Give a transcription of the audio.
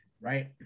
right